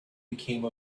became